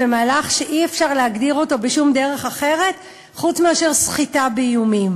במהלך שאי-אפשר להגדיר אותו בשום דרך אחרת חוץ מאשר סחיטה באיומים.